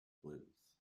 blues